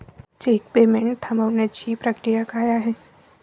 Check payment थांबवण्याची प्रक्रिया काय आहे?